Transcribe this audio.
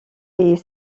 est